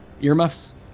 Earmuffs